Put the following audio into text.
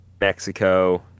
Mexico